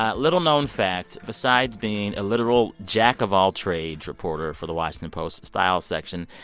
ah little-known fact besides being a literal jack-of-all-trades reporter for the washington post style section,